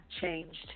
changed